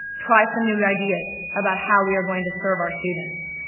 try some new ideas about how we are going to serve our students.